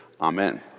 Amen